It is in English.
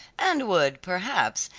and would, perhaps,